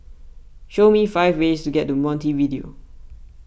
show me five ways to get to Montevideo